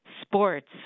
sports